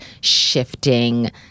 shifting